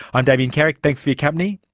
i'm damien carrick, thanks for your company,